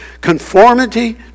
Conformity